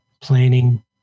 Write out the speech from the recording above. planning